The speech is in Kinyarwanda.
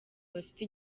bafite